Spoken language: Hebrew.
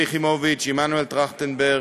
שלי יחימוביץ, עמנואל טרכטנברג,